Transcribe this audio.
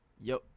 Yo